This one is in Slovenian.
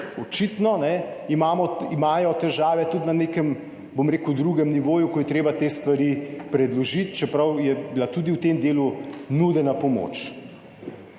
imamo, imajo težave tudi na nekem, bom rekel drugem nivoju, ko je treba te stvari predložiti, čeprav je bila tudi v tem delu nudena pomoč.